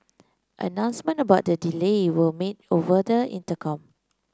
announcement about the delay were made over the intercom